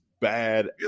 bad